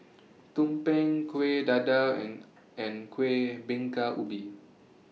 Tumpeng Kueh Dadar and and Kueh Bingka Ubi